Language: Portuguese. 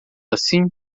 assim